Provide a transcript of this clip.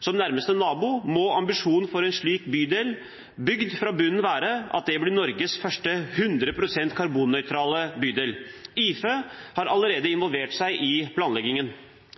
som nærmeste nabo, må ambisjonen for en slik bydel – bygd fra bunnen – være at den blir Norges første 100 pst. karbonnøytrale bydel. IFE har allerede